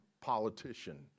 politician